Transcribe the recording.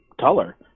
color